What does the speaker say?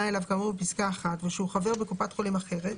אליו כאמור בפסקה (1) ושהוא חבר קופת חולים אחרת,